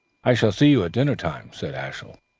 i shall see you at dinner-time, said ashiel.